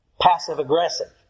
passive-aggressive